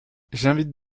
j’invite